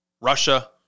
Russia